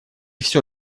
все